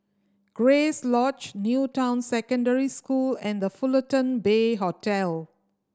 Grace Lodge New Town Secondary School and The Fullerton Bay Hotel